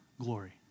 glory